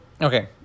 okay